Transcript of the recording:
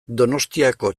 donostiako